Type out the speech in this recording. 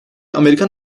amerikan